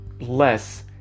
less